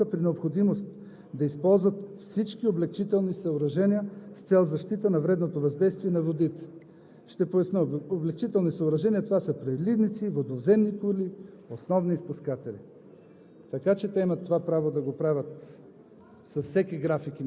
правото – в зависимост от изменението на хидрометеорологичната обстановка, при необходимост да използват всички облекчителни съоръжения с цел защита на вредното въздействие на водите. Ще поясня – облекчителни съоръжения са: преливници, водовземни кули, основни изпускатели,